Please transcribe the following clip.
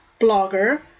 blogger